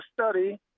study